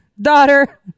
daughter